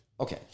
Okay